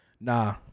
Nah